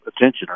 attention